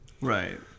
Right